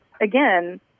again